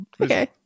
okay